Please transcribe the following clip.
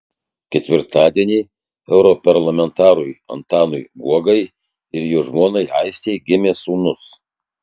ketvirtadienį europarlamentarui antanui guogai ir jo žmonai aistei gimė sūnus